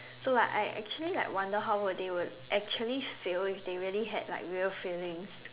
so like I actually like wonder how would they would actually feel if they really had like real feelings